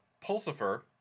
Pulsifer